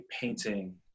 painting